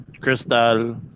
Crystal